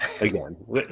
again